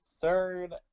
third